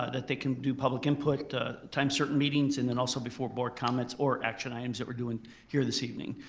ah that they can do public input at ah times certain meetings and then also before board comments or action items that we're doin' here this evening.